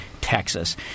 Texas